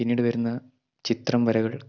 പിന്നീട് വരുന്ന ചിത്രം വരകൾ